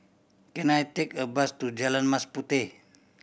can I take a bus to Jalan Mas Puteh